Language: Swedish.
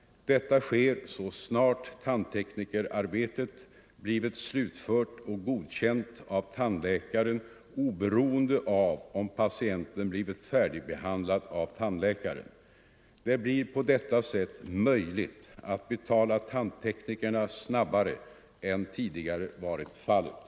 Detta sker så snart teknikerarbetet blivit slutfört och godkänt av tandläkaren oberoende av om patienten blivit färdigbehandlad av tandläkaren. Det blir på detta sätt möjligt att betala tandteknikerna snabbare än tidigare varit fallet.